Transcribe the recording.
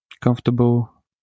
comfortable